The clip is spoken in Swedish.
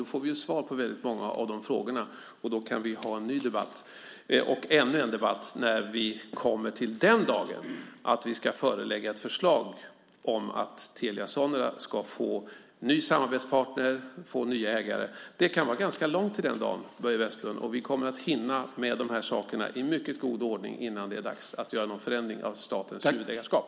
Då får vi svar på väldigt många av frågorna, och då kan vi ha en ny debatt och ännu en debatt när vi kommer till den dag då vi ska lägga fram ett förslag om att Telia Sonera ska få ny samarbetspartner, få ny ägare. Det kan vara ganska långt till den dagen, Börje Vestlund. Vi kommer att hinna med de här sakerna i mycket god ordning innan det är dags att göra någon förändring av statens huvudägarskap.